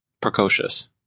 precocious